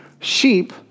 sheep